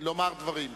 לומר דברים.